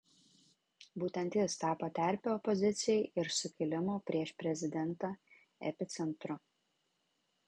būtent jis tapo terpe opozicijai ir sukilimo prieš prezidentą epicentru